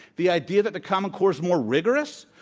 the idea that the common core's more rigorous?